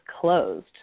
closed